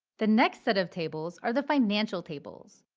the next set of tables are the financial tables.